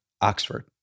Oxford